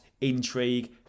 intrigue